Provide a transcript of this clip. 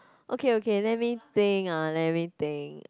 okay okay let me think ah let me think